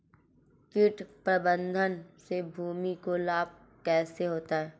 कीट प्रबंधन से भूमि को लाभ कैसे होता है?